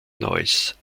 neuss